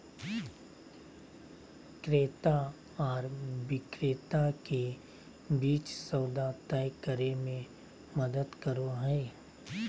क्रेता आर विक्रेता के बीच सौदा तय करे में मदद करो हइ